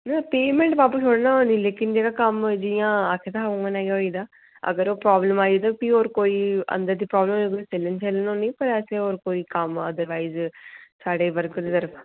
लेकिन पेमेंट बापस थोह्ड़े ना होनी लेकिन जेह्ड़ा कम्म जियां आक्खे दा हा उ'ऐ नेहा गै होई गेदा अगर होर प्रॉब्लम आई ते भी होर कोई अंदर दी प्राब्लम होनी बैसे होर कोई कम्म अदरवाइज साढ़े वर्कर